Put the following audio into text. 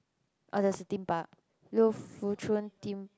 oh there's a Theme Park Liu-Foo-Chun theme